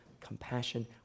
compassion